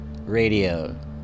radio